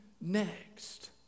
next